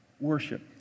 worship